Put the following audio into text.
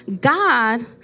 God